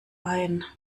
ein